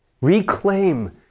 reclaim